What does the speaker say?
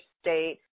state